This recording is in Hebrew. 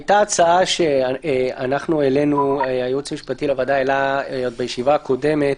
הייתה הצעה שהייעוץ המשפטי לוועדה העלה עוד בישיבה הקודמת,